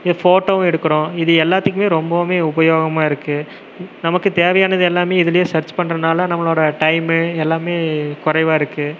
இதே போட்டோவும் எடுக்கிறோம் இது எல்லாத்துக்கும் ரொம்பவும் உபயோகமாக இருக்கு நமக்கு தேவையானது எல்லாம் இதுலேயே சர்ச் பண்றதினால நம்மளோட டைம்மு எல்லாம் குறைவா இருக்கு